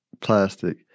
plastic